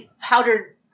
powdered